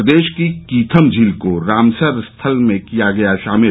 प्रदेश की कीथम झील को रामसर स्थल में किया किया शामिल